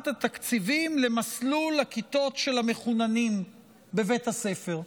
התקציבים למסלול הכיתות של המחוננים בבית הספר,